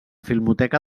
filmoteca